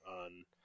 On